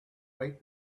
might